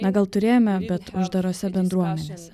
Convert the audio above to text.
na gal turėjome bet uždarose bendruomenėse